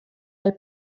del